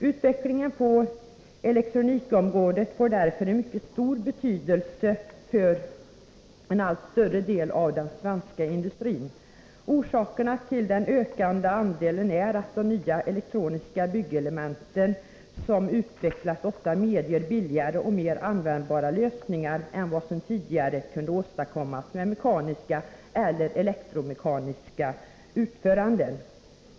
Utvecklingen på elektronikområdet får därför mycket stor betydelse för en allt större del av den svenska industrin. Orsakerna till den ökande andelen är att de nya elektroniska byggelement som utvecklas ofta medger billigare och mer användbara lösningar än vad som tidigare kunde åstadkommas med mekaniska eller elektromekaniska utföranden.